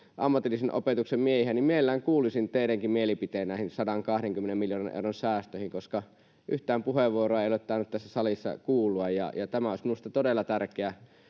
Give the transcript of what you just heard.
ammatillisen opetuksen miehiä, niin mielelläni kuulisin teidänkin mielipiteenne näihin 120 miljoonan euron säästöihin, koska yhtään puheenvuoroa ei ole tainnut tässä salissa kuulua. Minusta olisi todella tärkeää,